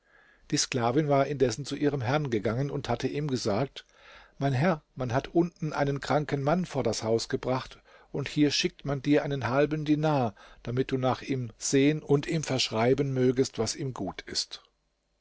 die sklavin war indessen zu ihrem herrn gegangen und hatte ihm gesagt mein herr man hat unten einen kranken mann vor das haus gebracht und hier schickt man dir einen halben dinar damit du nach ihm sehen und ihm verschreiben mögest was ihm gut ist